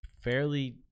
fairly